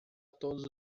todos